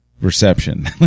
reception